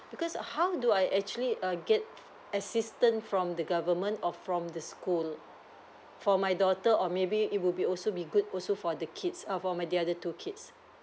because how do I actually err get assistance from the government or from the school for my daughter or maybe it will be also be good also for the kids err for my the other two kids